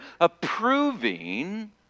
approving